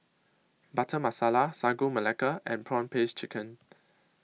Butter Masala Sagu Melaka and Prawn Paste Chicken